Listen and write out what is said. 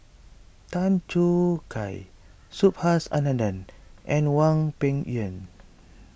Tan Choo Kai Subhas Anandan and Hwang Peng Yuan